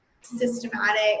systematic